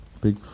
Big